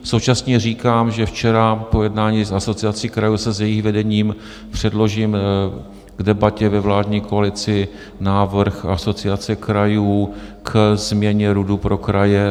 Současně říkám, že včera po jednání s Asociací krajů, s jejich vedením, předložím k debatě ve vládní koalici návrh Asociace krajů k změně RUDu pro kraje...